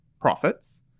profits